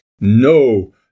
No